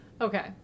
Okay